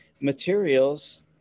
materials